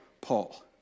Paul